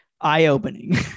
eye-opening